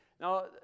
Now